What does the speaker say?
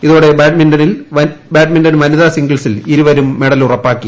ഇതോടെ ബാഡ്മിന്റൺ വനിതാ സിംഗിൾസിൽ ഇരുവരും മെഡലുറപ്പാക്കി